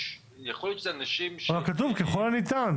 יכול להיות שזה אנשים --- אבל כתוב "ככל הניתן".